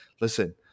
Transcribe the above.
listen